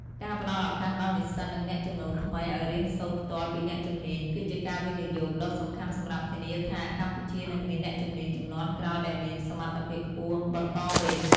ការផ្តល់ឱកាសដល់និស្សិត និងអ្នកចំណូលថ្មីឱ្យរៀនសូត្រផ្ទាល់ពីអ្នកជំនាញ គឺជាការវិនិយោគដ៏សំខាន់សម្រាប់ធានាថា កម្ពុជានឹងមានអ្នកជំនាញជំនាន់ក្រោយដែលមានសមត្ថភាពខ្ពស់បន្តវេន។